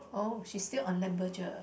oh she's still on